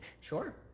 Sure